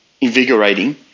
invigorating